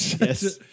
Yes